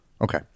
Okay